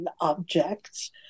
objects